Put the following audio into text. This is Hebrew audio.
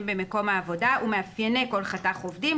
במקום העבודה ומאפייני כל חתך עובדים,